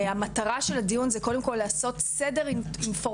המטרה של הדיון זה קודם כל לעשות סדר אינפורמטיבי,